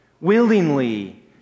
willingly